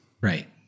Right